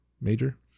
Major